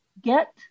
get